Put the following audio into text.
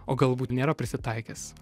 o galbūt nėra prisitaikęs